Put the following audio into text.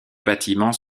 bâtiments